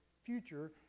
future